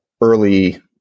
early